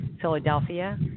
Philadelphia